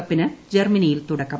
കപ്പിന് ജർമ്മനിയിൽ തുടക്കം